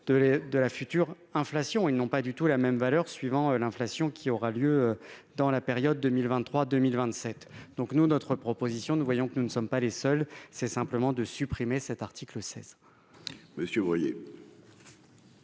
de la future inflation, ils n'ont pas du tout la même valeur, suivant l'inflation qui aura lieu dans la période 2023 2027 donc nous notre proposition, nous voyons que nous ne sommes pas les seuls, c'est simplement de supprimer cet article 16. Messieurs, vous